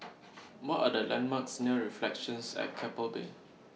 What Are The landmarks near Reflections At Keppel Bay